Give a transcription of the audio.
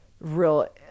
real